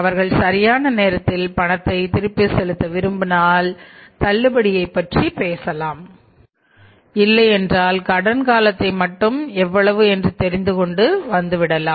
அவர்கள் சரியான நேரத்தில் பணத்தை திருப்பி செலுத்த விரும்பினால் தள்ளுபடியை பற்றி பேசலாம் இல்லை என்றால் கடன் காலத்தை மட்டும் எவ்வளவு என்று தெரிந்து கொண்டு வந்து விடலாம்